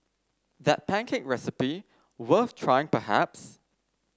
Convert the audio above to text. that pancake recipe worth trying perhaps